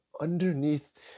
underneath